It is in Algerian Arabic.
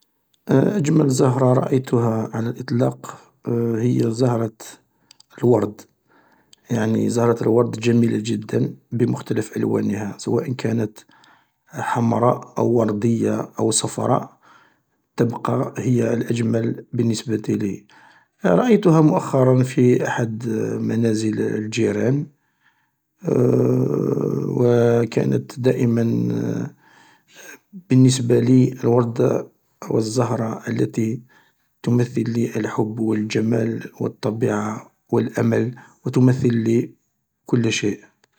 أجمل زهرة رأيتها على الإطلاق هي زهرة الورد يعني زهرة الورد جميلة جدا بمختلف ألوانها سواءا كانت حمراء او وردية او صفراء تبقى هي الأجمل بالنسبة لي رأيتها مؤخرا في أحد منازل الجيران و كانت دائما بالنسبة لي الوردة او الزهرة التي تمثل لي الحب و الجمال و الطبيعة و الأمل و تمثل لي كل شيء.